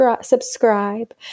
subscribe